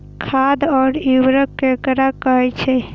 खाद और उर्वरक ककरा कहे छः?